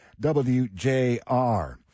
WJR